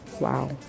wow